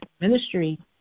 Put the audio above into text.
ministry